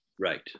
Right